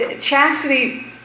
Chastity